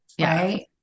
right